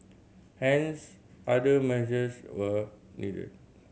hence other measures were needed